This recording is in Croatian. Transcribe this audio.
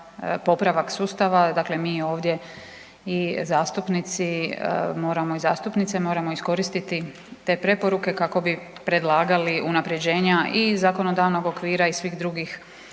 popravak sustava. Dakle, mi ovdje zastupnici i zastupnice moramo iskoristiti te preporuke kako bi predlagali unapređenja i zakonodavnog okvira i svih drugih